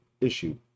issue